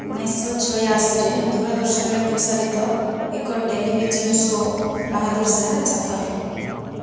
ଉଣେଇଶହ ଛୟାଅଶୀରେ ଦୂରଦର୍ଶନରେ ପ୍ରସାରିତ ଏକ ଟେଲିଭିଜନ ଶୋ ବାହାଦୁର୍ ଶାହା ଜାଫର୍